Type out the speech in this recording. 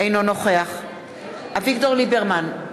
אינו נוכח אביגדור ליברמן,